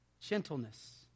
Gentleness